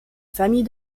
famille